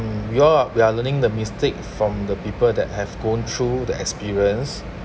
we all are we are learning the mistake from the people that have gone through the experience